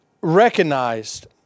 recognized